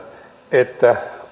että